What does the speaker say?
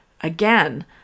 again